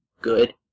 good